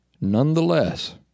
nonetheless